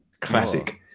Classic